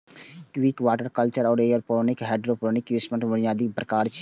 Wick, water culture आ aeroponic hydroponic सिस्टमक बुनियादी प्रकार छियै